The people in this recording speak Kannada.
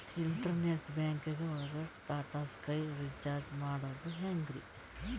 ಇಂಟರ್ನೆಟ್ ಬ್ಯಾಂಕಿಂಗ್ ಒಳಗ್ ಟಾಟಾ ಸ್ಕೈ ರೀಚಾರ್ಜ್ ಮಾಡದ್ ಹೆಂಗ್ರೀ?